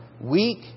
weak